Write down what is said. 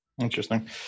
Interesting